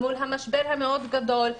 מול המשבר הגדול מאוד,